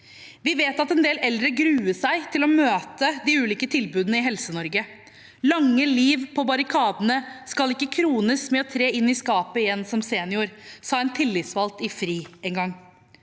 Vi vet at en del eldre gruer seg til å møte de ulike tilbudene i Helse-Norge. «Lange liv på barrikadene skal ikke krones med å tre inn i skapet igjen som senior», sa en tillitsvalgt i FRI en gang.